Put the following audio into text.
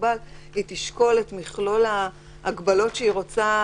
מוגבל היא תשקול את מכלול ההגבלות שהיא רוצה,